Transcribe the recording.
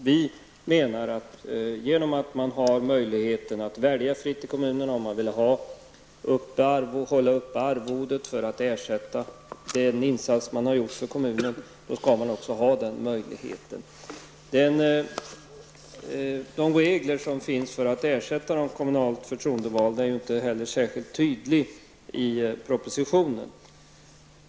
Vi menar att kommunerna skall ha möjlighet att fritt välja om man vill hålla uppe ersättningen för den insats som görs för kommunen. Reglerna för att ersätta de kommunalt förtroendevalda är inte särskilt tydliga i propositionen.